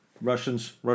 Russians